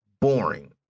boring